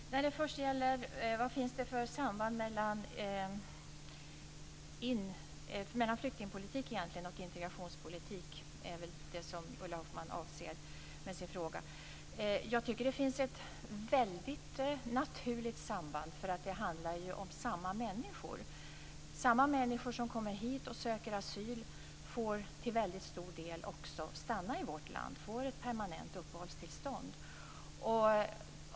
Herr talman! När det gäller vad det finns för samband mellan flyktingpolitik och integrationspolitik, som väl egentligen är det som Ulla Hoffmann avser med sin fråga, tycker jag att det finns ett väldigt naturligt samband. Det handlar ju om samma människor. De människor som kommer hit och söker asyl får till väldigt stor del också stanna i vårt land, får ett permanent uppehållstillstånd.